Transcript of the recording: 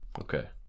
okay